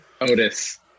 Otis